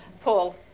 Paul